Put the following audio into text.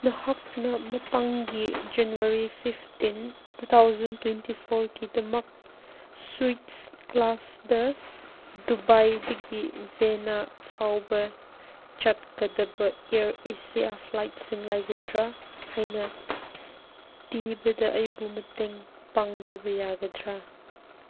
ꯃꯍꯥꯛꯅ ꯃꯊꯪꯒꯤ January fifteen two thousand twenty ꯐꯣꯔꯒꯤꯗꯃꯛ ꯁ꯭ꯋꯤꯠꯁ ꯀ꯭ꯂꯥꯁꯗ ꯗꯨꯕꯥꯏꯗꯒꯤ ꯕꯦꯅꯥ ꯐꯥꯎꯕ ꯆꯠꯀꯗꯕ ꯏꯌꯔ ꯑꯦꯁꯤꯌꯥ ꯐ꯭ꯂꯥꯏꯠꯁꯤꯡ ꯂꯩꯒꯗ꯭ꯔꯥ ꯍꯥꯏꯅ ꯊꯤꯕꯗ ꯑꯩꯕꯨ ꯃꯇꯦꯡ ꯄꯥꯡꯕꯤꯕ ꯌꯥꯒꯗ꯭ꯔꯥ